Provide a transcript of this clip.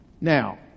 Now